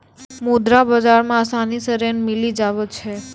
मुद्रा बाजार मे आसानी से ऋण मिली जावै छै